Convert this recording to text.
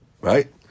Right